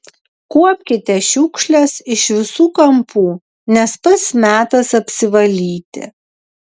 kuopkite šiukšles iš visų kampų nes pats metas apsivalyti